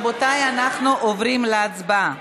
רבותיי, אנחנו עוברים להצבעה.